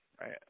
right